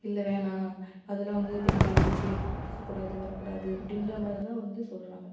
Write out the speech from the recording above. இல்லை வேணாம் அதலாம் வந்து பெண்கள் வந்து போகக்கூடாது வரக்கூடாது அப்படின்ற மாதிரி தான் வந்து சொல்கிறாங்க